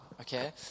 Okay